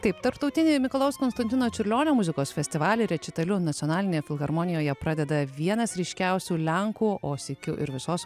taip tarptautinėje mikalojaus konstantino čiurlionio muzikos festivalyje rečitaliu nacionalinėje filharmonijoje pradeda vienas ryškiausių lenkų o sykiu ir visos